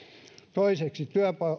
toiseksi